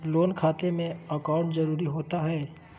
Loan खाते में account जरूरी होता है?